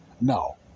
No